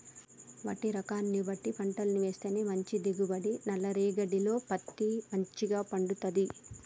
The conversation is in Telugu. మట్టి రకాన్ని బట్టి పంటలు వేస్తేనే మంచి దిగుబడి, నల్ల రేగఢీలో పత్తి మంచిగ పండుతది